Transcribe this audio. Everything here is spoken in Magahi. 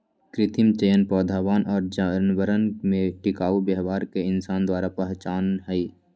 कृत्रिम चयन पौधवन और जानवरवन में टिकाऊ व्यवहार के इंसान द्वारा पहचाना हई